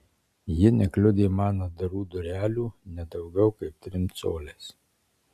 ji nekliudė mano atdarų durelių ne daugiau kaip trim coliais